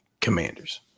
Commanders